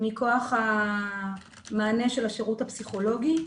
מכוח המענה של השירות הפסיכולוגי.